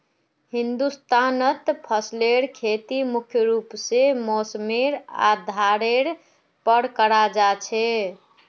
हिंदुस्तानत फसलेर खेती मुख्य रूप से मौसमेर आधारेर पर कराल जा छे